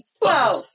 Twelve